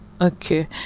okay